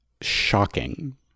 shocking